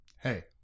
hey